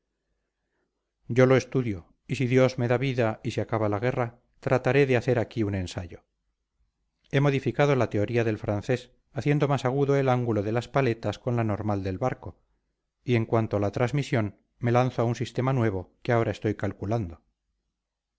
yo lo estudio y si dios me da vida y se acaba la guerra trataré de hacer aquí un ensayo he modificado la teoría del francés haciendo más agudo el ángulo de las paletas con la normal del barco y en cuanto a la transmisión me lanzo a un sistema nuevo que ahora estoy calculando